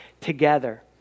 together